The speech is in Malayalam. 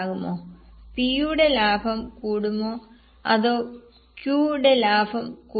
P യുടെ ലാഭം കൂടുമോ അതോ Q യുടെ ലാഭം കൂടുമോ